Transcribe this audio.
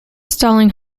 stalling